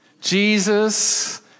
Jesus